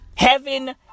Heaven